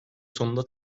sonunda